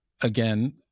again